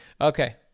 Okay